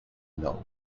know